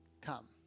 come